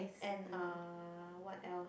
and uh what else